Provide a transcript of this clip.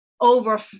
over